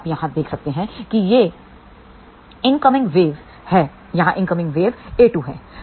अब आप यहाँ देख सकते हैं कि यह इनकमिंग वेव a1 है यहाँ इनकमिंग वेव a2 है